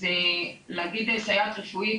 אז להגיד סייעת רפואית,